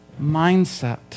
mindset